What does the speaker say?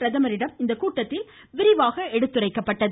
பிரதமரிடம் இக்கூட்டத்தில் விரிவாக எடுத்துரைக்கப்பட்டது